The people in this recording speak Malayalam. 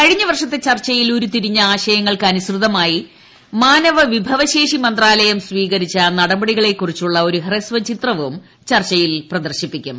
കഴിഞ്ഞ വർഷത്തെ ചർച്ചിയിൽ ഉരുത്തിരിഞ്ഞ ആശയങ്ങൾക്ക് അനുസൃതമായി മാനവപ്പിട്ടവ്ശേഷി മന്ത്രാലയം സ്വീകരിച്ച നടപടികളെ കുറിച്ചുള്ള ഒരു ഹ്രസ്ഥിത്ര്വും ചർച്ചയിൽ പ്രദർശിപ്പിക്കും